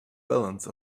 balance